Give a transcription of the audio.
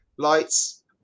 Lights